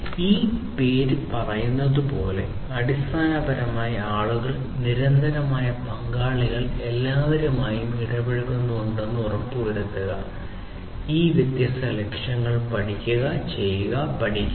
ഈ പേര് പറയുന്നതുപോലെ അടിസ്ഥാനപരമായി ആളുകൾ നിരന്തരമായ പങ്കാളികൾ എല്ലാവരും ഇടപഴകുന്നുണ്ടെന്ന് ഉറപ്പുവരുത്തുക ഈ വ്യത്യസ്ത ലക്ഷ്യങ്ങൾ പഠിക്കുക ചെയ്യുക പഠിപ്പിക്കുക